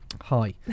Hi